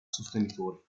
sostenitori